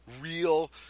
real –